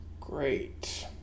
Great